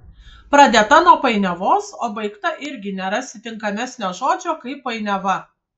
pradėta nuo painiavos o baigta irgi nerasi tinkamesnio žodžio kaip painiava